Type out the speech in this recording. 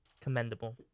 Commendable